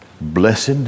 Blessed